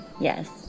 Yes